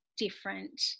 different